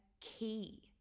key